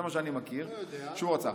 זה מה שאני מכיר, שהוא רצה.